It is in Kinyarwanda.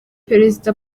perezida